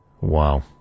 Wow